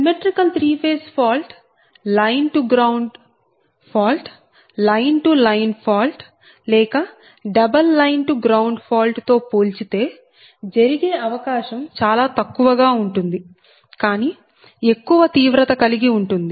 symmetrical three phase fault line to ground fault line to line fault లేక double line to ground fault తో పోల్చితే జరిగే అవకాశం చాలా తక్కువ గా ఉంటుంది కానీ ఎక్కువ తీవ్రత కలిగి ఉంటుంది